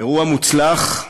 אירוע מוצלח,